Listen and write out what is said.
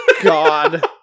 god